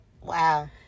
Wow